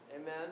Amen